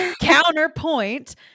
counterpoint